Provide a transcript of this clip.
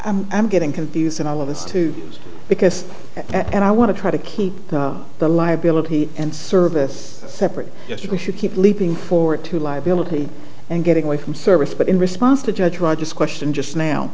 because i'm getting confused in all of this too because and i want to try to keep the liability and service separate yes we should keep leaping forward to liability and getting away from service but in response to judge rogers question just now